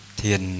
thiền